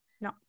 no